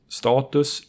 status